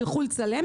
ילכו לצלם,